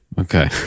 Okay